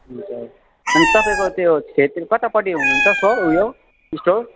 हुन्छ अनि तपाईँको त्यो छेत्री कतापट्टि हुनु हुन्छ सर उयो स्टोर